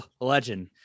legend